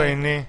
בינך וביני,